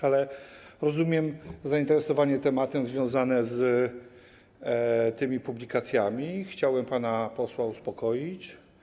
Ale rozumiem zainteresowanie tematem związane z tymi publikacjami i chciałem pana posła uspokoić.